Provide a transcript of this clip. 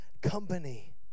company